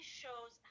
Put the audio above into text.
shows